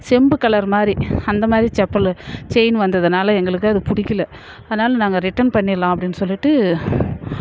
செம்பு கலர் மாதிரி அந்த மாதிரி செப்பலு செயின் வந்ததினால எங்களுக்கு அது பிடிக்கல அதனால் நாங்கள் ரிட்டன் பண்ணிடலாம் அப்படினு சொல்லிவிட்டு